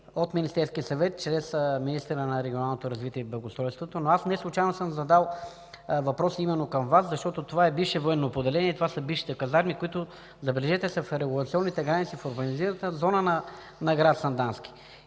от Министерския съвет чрез министъра на регионалното развитие и благоустройството. Но аз не случайно съм задал въпроса към Вас, защото това е бившо военно поделение, бившите казарми, които са в регулационните граници в урбанизираната зона на град Сандански.